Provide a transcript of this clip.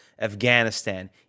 Afghanistan